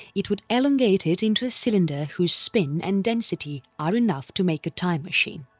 it would elongate it into a cylinder whose spin and density are enough to make a time machine.